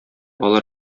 алар